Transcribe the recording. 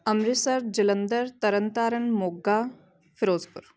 Amritsar Jalandhar Tarn Taran Moga Firozpur